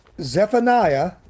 Zephaniah